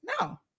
No